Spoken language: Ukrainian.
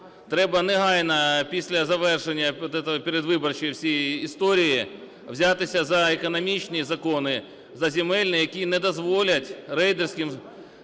треба негайно після завершення передвиборчої всієї історії взятися за економічні закони, за земельні, які не дозволять рейдерським